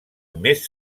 més